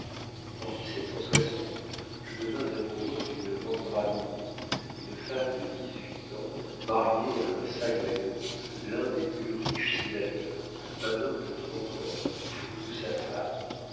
en je devins amoureux d'une vendramini une femme de dix-huit ans mariée à un sagredo l'un des plus riches sénateurs un homme de trente ans fou de sa femme